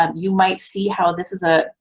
um you might see how this is a,